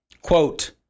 Quote